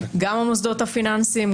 גם המוסדות הפיננסיים,